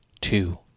Two